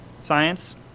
Science